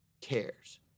cares